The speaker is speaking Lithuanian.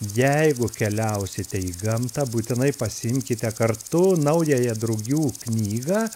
jeigu keliausite į gamtą būtinai pasiimkite kartu naująją drugių knygą